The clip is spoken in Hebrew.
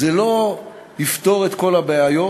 זה לא יפתור את כל הבעיות,